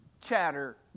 chatter